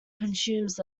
consumes